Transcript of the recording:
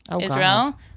Israel